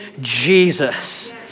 Jesus